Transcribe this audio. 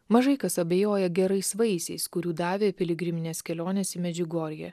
mažai kas abejoja gerais vaisiais kurių davė piligriminės kelionės į medžiugorję